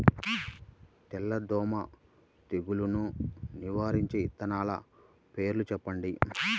తెల్లదోమ తెగులును నివారించే విత్తనాల పేర్లు చెప్పండి?